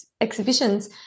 exhibitions